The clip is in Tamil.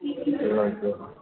சரி ஓகே